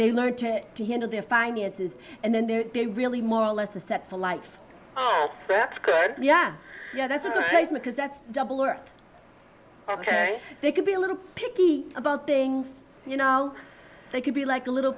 they learn to handle their finances and then they're a really more or less a set for life that's good yeah yeah that's right because that's double or ok they can be a little picky about things you know they could be like a little